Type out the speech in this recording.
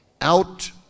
Out